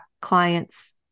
client's